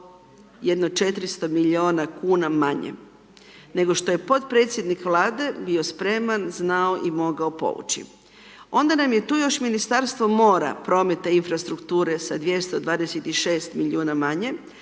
jedno 400 milijuna kuna manje nego što je podpredsjednik Vlade bio spreman, znao i mogao povući. Onda nam je tu još Ministarstvo mora, prometa i infrastrukture, sa 226 milijuna manje